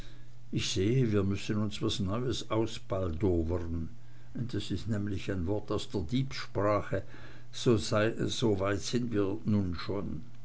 ich sehe wir müssen uns was neues ausbaldowern das is nämlich ein wort aus der diebssprache soweit sind wir nu schon